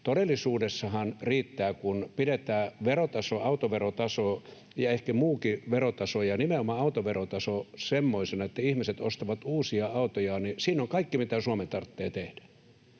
todellisuudessahan riittää, kun pidetään autoverotaso — ja ehkä muukin verotaso mutta nimenomaan autoverotaso — semmoisena, että ihmiset ostavat uusia autoja. Siinä on kaikki, mitä Suomen tarvitsee tehdä.